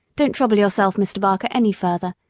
don't trouble yourself, mr. barker, any further.